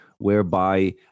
whereby